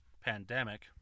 pandemic